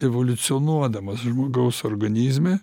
evoliucionuodamas žmogaus organizme